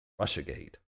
Russiagate